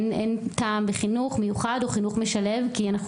אין טעם בחינוך מיוחד או חינוך משלב כי אנחנו